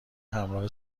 همراه